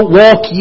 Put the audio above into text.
walk